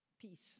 Peace